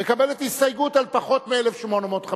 מקבלת הסתייגות על פחות מ-1,850.